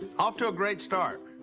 off to a great start.